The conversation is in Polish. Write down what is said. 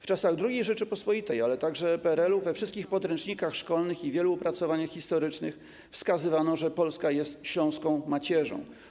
W czasach II Rzeczypospolitej, ale także w okresie PRL-u we wszystkich podręcznikach szkolnych i w wielu opracowaniach historycznych wskazywano, że Polska jest dla Śląska macierzą.